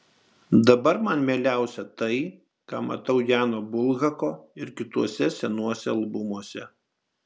dabar man mieliausia tai ką matau jano bulhako ir kituose senuose albumuose